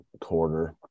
quarter